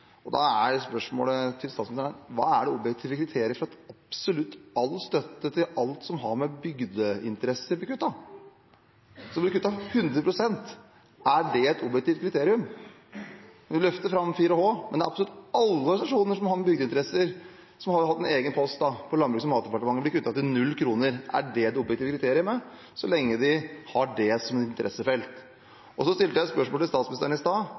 er spørsmålet til statsministeren: Hva er de objektive kriteriene for at absolutt all støtte til alt som har med bygdeinteresser å gjøre, blir kuttet? Det blir kuttet 100 pst. Er det et objektivt kriterium? Hun løfter fram 4H, men for absolutt alle organisasjoner som har med bygdeinteresser å gjøre – som har hatt en egen post på Landbruks- og matdepartementets budsjett – blir støtten kuttet til 0 kr. Er det de objektive kriteriene – så lenge de har det som interessefelt? Så stilte jeg et spørsmål til statsministeren i stad: